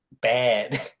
bad